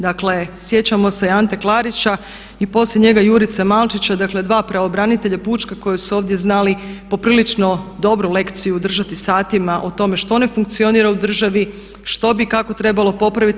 Dakle, sjećamo se Ante Klarića i poslije njega Jurice Malčića, dakle dva pravobranitelja pučka koji su ovdje znali poprilično dobru lekciju držati satima o tome što ne funkcionira u državi, što bi i kako trebalo popraviti.